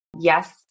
Yes